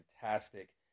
fantastic